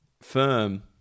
firm